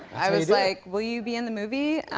i was like, will you be on the movie?